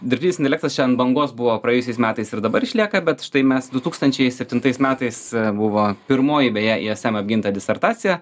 dirbtinis intelektas čia ant bangos buvo praėjusiais metais ir dabar išlieka bet štai mes du tūkstančiai septintais metais buvo pirmoji beje i es em apginta disertacija